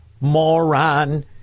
moron